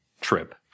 Trip